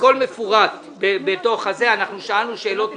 הכול מפורט בתוך זה, שאלנו שאלות נוספות,